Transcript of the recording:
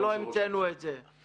ולא המצאנו את זה.